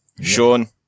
Sean